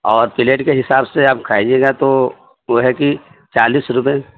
اور پلیٹ کے حساب سے آپ کھائیے گا تو وہ ہے کہ چالیس روپئے